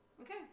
Okay